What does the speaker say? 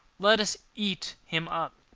let us eat him up!